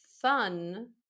fun